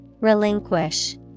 Relinquish